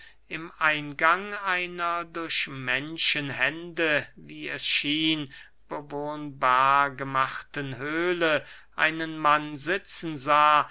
im eingang einer durch menschenhände wie es schien bewohnbar gemachten höhle einen mann sitzen sah